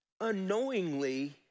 unknowingly